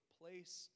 place